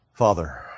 Father